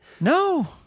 no